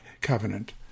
covenant